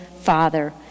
Father